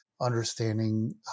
Understanding